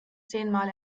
zehnmal